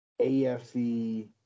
AFC